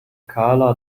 karla